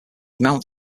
mount